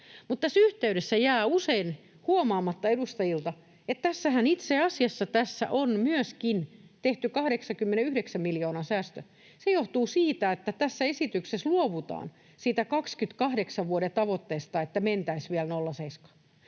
yhteydessä jää usein huomaamatta edustajilta, että tässähän itse asiassa on myöskin tehty 89 miljoonan säästö. Se johtuu siitä, että tässä esityksessä luovutaan siitä vuoden 28 tavoitteesta, että mentäisiin vielä 0,7:ään.